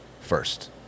first